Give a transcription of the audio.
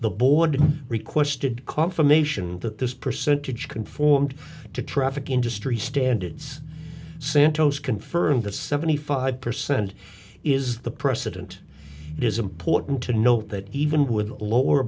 the board requested confirmation that this percentage conformed to traffic industry standards santo's confirmed that seventy five percent is the precedent it is important to note that even